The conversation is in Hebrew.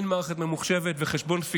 אין מערכת ממוחשבת, וחשבוניות פיקטיביות.